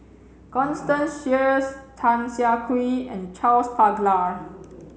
Constance Sheares Tan Siah Kwee and Charles Paglar